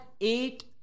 eight